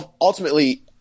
ultimately